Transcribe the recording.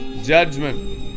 judgment